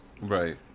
Right